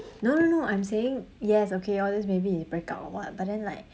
no no no I'm saying yes okay all this maybe is breakup or what but then like